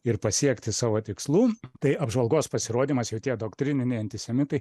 ir pasiekti savo tikslų tai apžvalgos pasirodymas jokie doktrininiai antisemitai